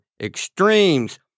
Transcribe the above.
extremes